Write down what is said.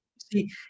See